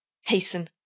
hasten